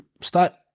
start